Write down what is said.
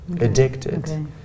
addicted